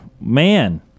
Man